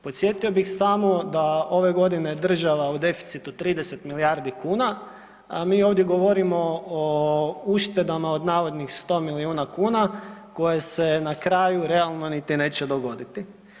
Podsjetio bih samo da je ove godine država u deficitu 30 milijardi kuna, a mi ovdje govorimo o uštedama od navodnih 100 milijuna kuna koje se na kraju realno niti neće dogoditi.